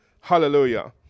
Hallelujah